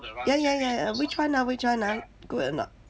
ya ya ya err which one ah which one ah good or not